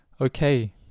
Okay